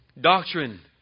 Doctrine